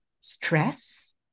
stress